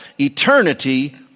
eternity